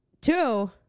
Two